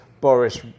boris